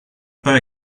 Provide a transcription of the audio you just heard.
pas